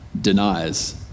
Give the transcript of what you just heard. denies